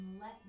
let